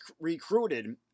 recruited